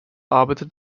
arbeitet